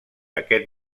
aquest